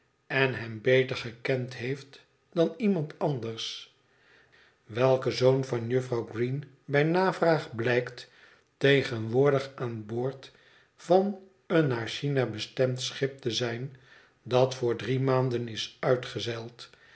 en hem beter gekend heeft dan iemand anders welke zoon van jufvrouw green bij navraag blijkt tegenwoordig aan boord van een naar china bestemd schip te zijn dat voor drie maanden is uitgezeild